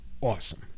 awesome